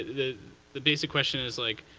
the the basic question is, like,